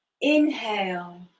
inhale